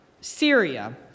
Syria